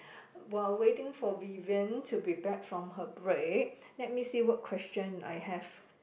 while waiting for Vivian to be back from her break let me see what question I have